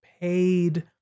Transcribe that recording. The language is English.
paid